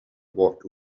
walk